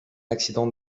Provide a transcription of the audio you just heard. accident